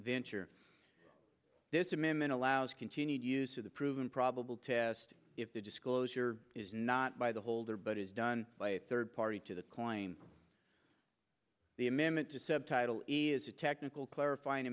enture this amendment allows continued use of the proven probable test if the disclosure is not by the holder but is done by a third party to the claim the amendment just is a technical clarifying